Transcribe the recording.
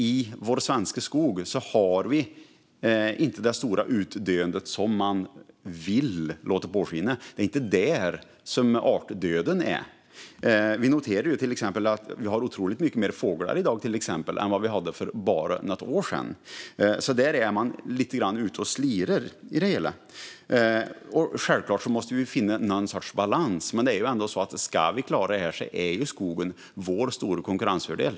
I vår svenska skog i dag har vi inte det stora utdöende som man vill låta påskina att vi har. Det är inte där artdöden är. Vi har till exempel otroligt mycket mer fågel i dag än vi hade för bara något år sedan, så där är man lite grann ute och slirar. Självklart måste vi finna någon sorts balans, men det är ändå så att om vi ska klara det här är skogen vår stora konkurrensfördel.